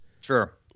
Sure